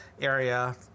area